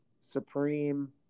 Supreme